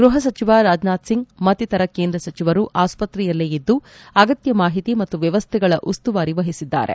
ಗೃಹ ಸಚಿವ ರಾಜನಾಥ್ ಸಿಂಗ್ ಮತ್ತಿತರ ಕೇಂದ್ರ ಸಚಿವರು ಆಸ್ಪತ್ರೆಯಲ್ಲೇ ಇದ್ದು ಅಗತ್ಯ ಮಾಹಿತಿ ಮತ್ತು ವ್ಯವಸ್ಥೆಗಳ ಉಸ್ತುವಾರಿ ವಹಿಸಿದ್ದಾರೆ